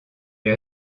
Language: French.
les